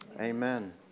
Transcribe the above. Amen